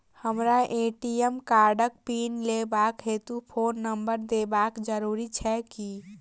हमरा ए.टी.एम कार्डक पिन लेबाक हेतु फोन नम्बर देबाक जरूरी छै की?